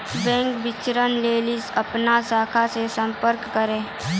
bank विबरण लेली अपनो शाखा से संपर्क करो